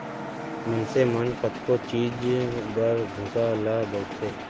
मनसे मन कतको चीज बर भूसा ल बउरथे